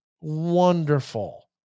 wonderful